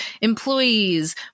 employees